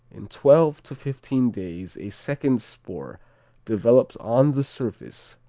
in twelve to fifteen days a second spore develops on the surface,